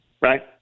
right